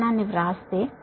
ఇది ఒక short line model